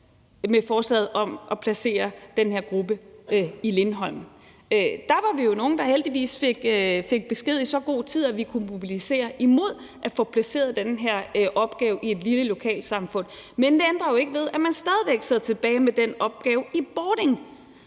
med forslaget om at placere den her gruppe på Lindholm. Der var vi jo nogle, der heldigvis fik besked i så god tid, at vi kunne mobilisere imod at få placeret den her opgave i et lille lokalsamfund. Men det ændrer jo ikke ved, at man stadig væk sidder tilbage med den opgave i Bording